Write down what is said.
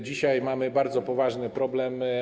Dzisiaj mamy bardzo poważny problem.